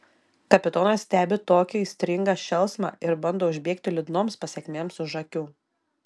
kapitonas stebi tokį aistringą šėlsmą ir bando užbėgti liūdnoms pasekmėms už akių